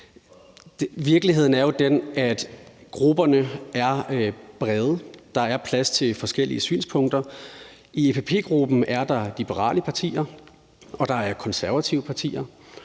Virkeligheden er jo den, at grupperne er brede. Der er plads til forskellige synspunkter. I EPP-gruppen er der liberale partier, og der er konservative partier.